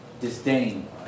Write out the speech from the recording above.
disdain